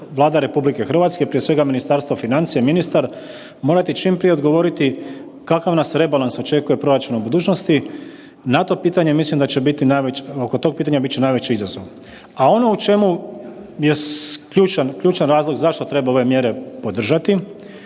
Vlada RH, prije svega Ministarstvo financija, ministar, morati čim prije odgovoriti kakav nas rebalans očekuje proračuna u budućnosti. Na to pitanje, mislim da će biti najveće, oko tog pitanja bit će najveći izazov. A ono u čemu je ključan razlog zašto treba ove mjere podržati.